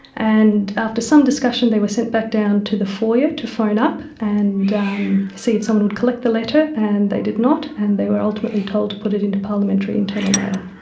and after some discussion they were sent back down to the foyer to phone up and um see if someone would collect the letter, and they did not and they were ultimately told to put it into parliamentary internal mail.